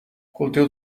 cultiu